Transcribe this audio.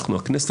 אנחנו הכנסת,